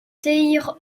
taylor